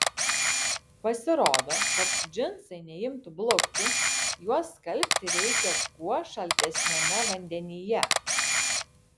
pasirodo kad džinsai neimtų blukti juos skalbti reikia kuo šaltesniame vandenyje